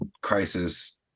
crisis